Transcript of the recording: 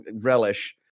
relish